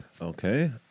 Okay